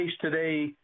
today